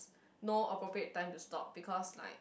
not appropriate time to stop because like